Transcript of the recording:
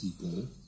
people